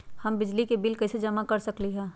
हम बिजली के बिल कईसे जमा कर सकली ह?